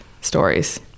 stories